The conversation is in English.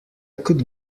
could